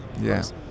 Yes